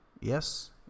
Yes